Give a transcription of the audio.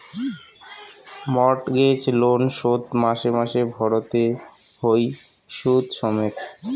mortgage loan শোধ মাসে মাসে ভরতে হই শুধ সমেত